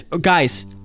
Guys